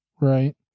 Right